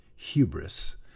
Hubris